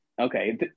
okay